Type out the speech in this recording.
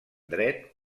dret